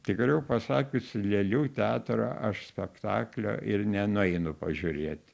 tikriau pasakius į lėlių teatrą aš spektaklio ir nenueinu pažiūrėt